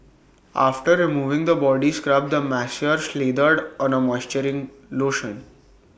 after removing the body scrub the masseur slathered on A moisturizing lotion